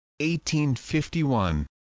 1851